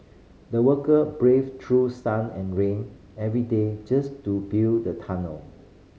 the worker braved through sun and rain every day just to build the tunnel